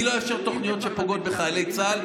אני לא אאפשר תוכניות שפוגעות בחיילי צה"ל,